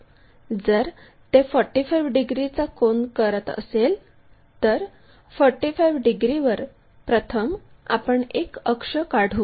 जर ते 45 डिग्रीचा कोन करत असेल तर 45 डिग्रीवर प्रथम आपण एक अक्ष काढू